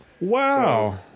Wow